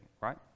right